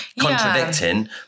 contradicting